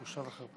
בושה וחרפה.